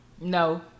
No